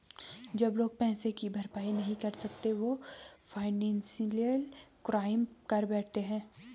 जब लोग पैसे की भरपाई नहीं कर सकते वो फाइनेंशियल क्राइम कर बैठते है